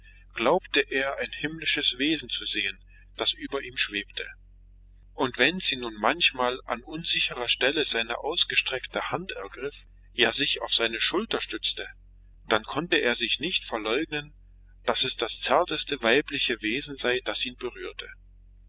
glaubte er ein himmlisches wesen zu sehen das über ihm schwebte und wenn sie nun manchmal an unsicherer stelle seine ausgestreckte hand ergriff ja sich auf seine schulter stützte dann konnte er sich nicht verleugnen daß es das zarteste weibliche wesen sei das ihn berührte